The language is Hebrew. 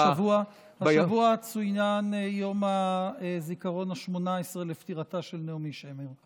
אני חושב שהשבוע צוין יום הזיכרון ה-18 לפטירתה של נעמי שמר,